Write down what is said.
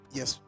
Yes